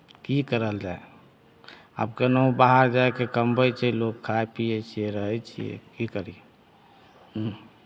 की करल जाय आब केनाहू बाहर जाय कऽ कमबै छै लोक खाइ पियै छियै रहै छियै की करियै